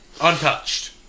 Untouched